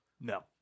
No